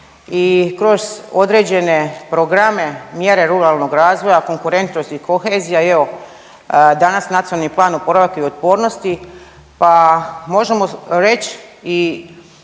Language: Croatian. i kroz određene programe, mjere ruralnog razvoja, konkurentnost i kohezija i evo danas Nacionalni plan oporavak i otpornosti pa možemo reći i